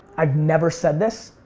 i've never said this,